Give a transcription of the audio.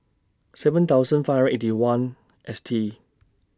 seven thousand five hundred and Eighty One S T